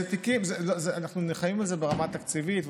אנחנו נלחמים על זה ברמה התקציבית,